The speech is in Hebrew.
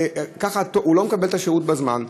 וככה הוא לא מקבל את השירות בזמן.